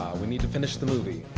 we need to finish the movie,